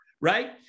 right